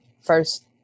first